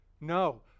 No